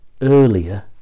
earlier